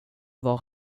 var